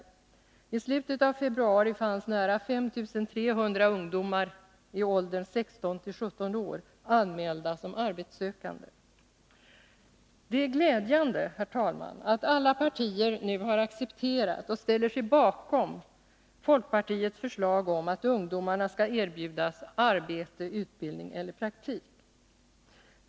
I slutet av februari fanns nära 5 300 ungdomar i åldern 16-17 år anmälda som arbetssökande. Det är glädjande, herr talman, att alla partier nu har accepterat och ställer sig bakom folkpartiets förslag om att ungdomarna skall erbjudas arbete, utbildning eller praktik.